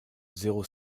zéro